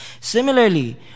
Similarly